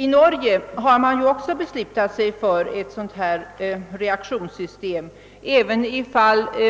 I Norge har man ju också beslutat sig för ett sådant här reaktionssystem, men där